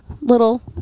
little